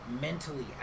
mentally